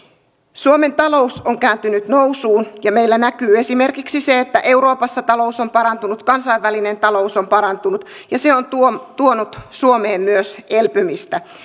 suomen talous on kääntynyt nousuun ja meillä näkyy esimerkiksi se että euroopassa talous on parantunut kansainvälinen talous on parantunut se on tuonut suomeen myös elpymistä